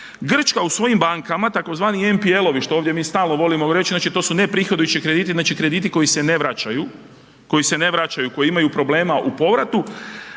Grčka u svojim bankama, tzv. MPL-ovi, što ovdje mi stalno volimo reći, znači to su neprihodujući krediti, znači krediti koji se ne vraćaju, koji se ne vraćaju, koji imaju problema u povrati,